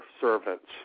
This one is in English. servants